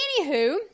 Anywho